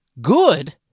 good